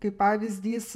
kaip pavyzdys